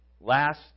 Last